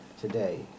today